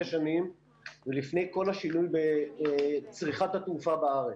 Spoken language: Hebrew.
שנים ולפני כל השינוי בצריכת התעופה בארץ.